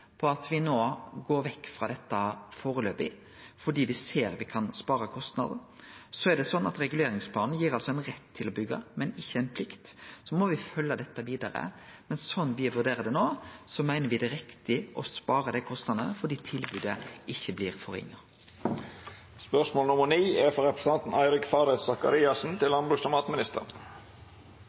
på at me no går vekk frå dette foreløpig, fordi me ser at me kan spare kostnadar. Det er altså sånn at reguleringsplanen gir ein rett til å byggje, men ikkje ei plikt. Me må følgje dette vidare, men sånn me vurderer det no, meiner me det er riktig å spare dei kostnadane fordi tilbodet ikkje blir forringa. «Det er planar om utbygging av eit stort industriområde rundt Kvernaland på Jæren, med store datasenter. Planane vil føra til